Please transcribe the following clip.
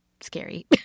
scary